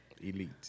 Elite